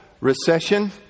recession